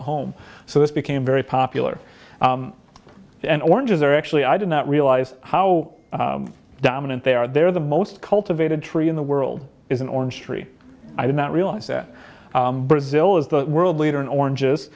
home so this became very popular and oranges are actually i did not realize how dominant they are they're the most cultivated tree in the world is an orange tree i did not realize that brazil is the world leader in oranges